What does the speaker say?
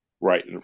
right